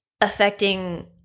affecting